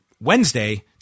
Wednesday